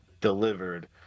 delivered